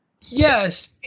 yes